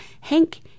Hank